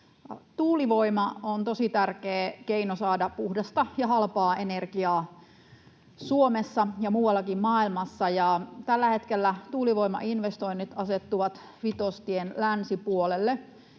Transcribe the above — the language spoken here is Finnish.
Tuulivoima on tosi tärkeä keino saada puhdasta ja halpaa energiaa Suomessa ja muuallakin maailmassa. Tällä hetkellä tuulivoimainvestoinnit asettuvat Vitostien länsipuolelle,